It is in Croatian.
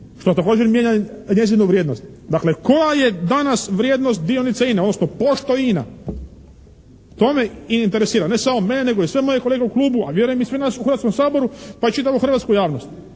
što također mijenja njezinu vrijednost. Dakle, koja je danas vrijednost dionica INA-e, odnosno pošto je INA? To me interesira, ne samo mene nego i sve moje kolege u klubu, a vjerujem i sve nas u Hrvatskom saboru pa i čitavu hrvatsku javnost.